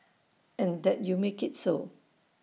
and that you make IT so